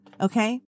okay